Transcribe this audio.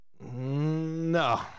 no